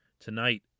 tonight